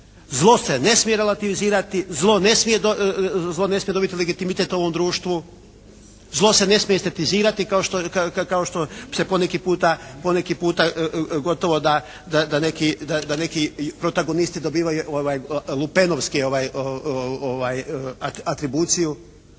Zlo se ne smije relativizirati, zlo ne smije dobiti legitimitet u ovom društvo, zlo se ne smije … /Ne razumije se./ … kao što se poneki puta gotovo da neki protagonisti dobivaju lupenovski atribuciju